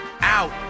Out